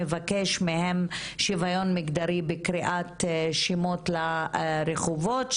מבקש מהם שוויון מגדרי בקריאת שמות לרחובות.